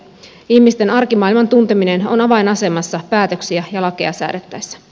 ihmisten arkimaailman tunteminen on avainasemassa päätöksiä ja lakeja säädettäessä